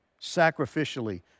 sacrificially